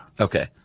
Okay